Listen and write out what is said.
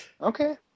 Okay